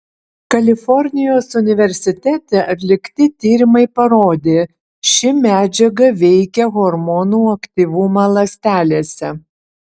kalifornijos universitete atlikti tyrimai parodė ši medžiaga veikia hormonų aktyvumą ląstelėse